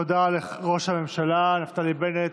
תודה לראש הממשלה נפתלי בנט.